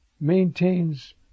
maintains